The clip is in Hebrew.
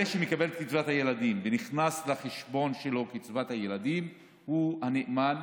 שמקבל את קצבת הילדים ונכנס לחשבון של קצבת הילדים הוא הנאמן,